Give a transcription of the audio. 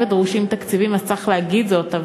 אם דרושים תקציבים צריך להגיד זאת,